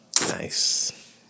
Nice